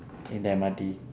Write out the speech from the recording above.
in the M_R_T